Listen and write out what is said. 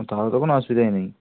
ও তাহলে তো কোনো অসুবিধাই নেই